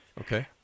Okay